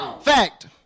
Fact